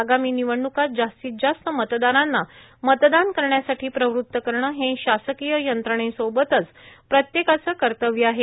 आगामी निवडण्कांत जास्तीत जास्त मतदारांना मतदान करण्यासाठी प्रवृत्त करणे हे शासकीय यंत्रणेसोबतच प्रत्येकाचं कर्तव्य आहे